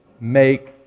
make